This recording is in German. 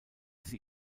sie